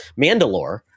Mandalore